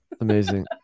Amazing